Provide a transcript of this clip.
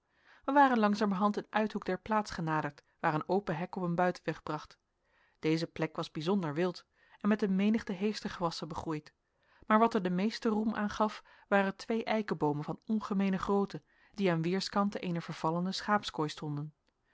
wij waren langzamerhand een uithoek der plaats genaderd waar een open hek op een buitenweg bracht deze plek was bijzonder wild en met een menigte heestergewassen begroeid maar wat er den meesten roem aan gaf waren twee eikeboomen van ongemeene grootte die aan weerskanten eener vervallene schaapskooi stonden